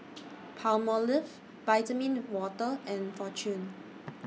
Palmolive Vitamin Water and Fortune